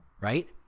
Right